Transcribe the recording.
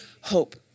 hope